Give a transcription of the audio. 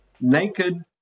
naked